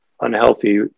unhealthy